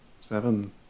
Seven